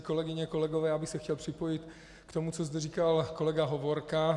Kolegyně, kolegové, já bych se chtěl připojit k tomu, co zde říkal kolega Hovorka.